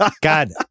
God